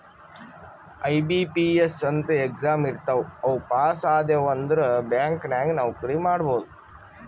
IBPS ಅಂತ್ exam ಇರ್ತಾವ್ ಅವು ಪಾಸ್ ಆದ್ಯವ್ ಅಂದುರ್ ಬ್ಯಾಂಕ್ ನಾಗ್ ನೌಕರಿ ಮಾಡ್ಬೋದ